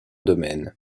domaines